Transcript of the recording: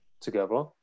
together